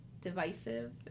divisive